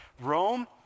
Rome